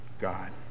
God